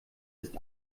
ist